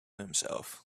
himself